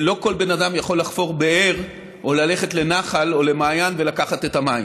לא כל בן אדם יכול לחפור באר או ללכת לנחל או למעיין ולקחת את המים.